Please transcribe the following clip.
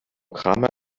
kramer